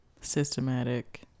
systematic